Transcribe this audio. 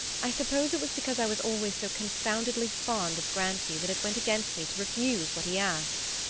i suppose it was because i was always so confoundedly fond of grancy that it went against me to refuse what he asked.